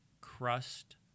Crust